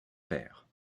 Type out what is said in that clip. père